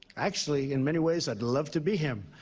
actually, in many ways i'd love to be him,